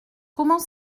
comment